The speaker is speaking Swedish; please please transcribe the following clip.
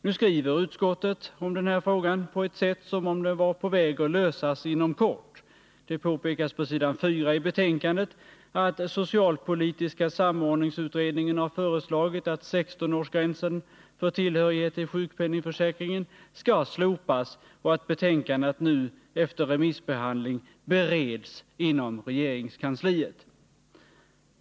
Nu skriver utskottet om den här frågan på ett sätt som om den var på väg att lösas inom kort. Det påpekas på s. 4 i betänkandet att socialpolitiska samordningsutredningen har föreslagit att 16-årsgränsen för tillhörighet till sjukpenningförsäkringen skall slopas och att betänkandet nu efter remissbehandling bereds inom regeringskansliet.